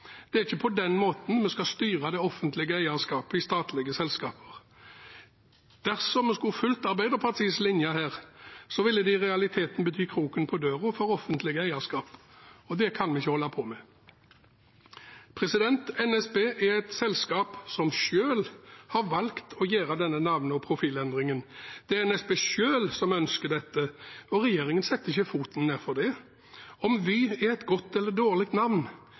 det er useriøst. Det er ikke på den måten vi skal styre det offentlige eierskapet i statlige selskaper. Dersom vi skulle fulgt Arbeiderpartiets linje her, ville det i realiteten bety kroken på døra for offentlig eierskap. Slikt kan vi ikke holde på med. NSB er et selskap som selv har valgt å gjøre denne navne- og profilendringen. Det er NSB selv som ønsker dette, og regjeringen setter ikke foten ned for det. Om Vy er et godt eller dårlig navn,